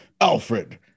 Alfred